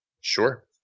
Sure